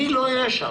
אני לא אהיה שם.